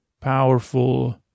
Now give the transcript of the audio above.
powerful